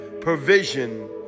provision